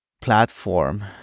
platform